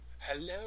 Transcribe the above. hello